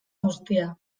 guztia